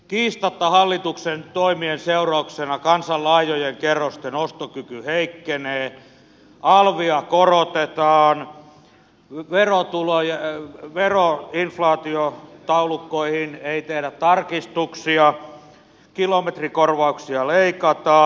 kiistatta hallituksen toimien seurauksena kansan laajojen kerrosten ostokyky heikkenee alvia korotetaan noteerattu laajenee vero on inflation veroinflaatiotaulukoihin ei tehdä tarkistuksia kilometrikorvauksia leikataan